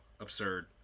absurd